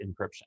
encryption